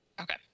Okay